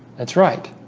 that's right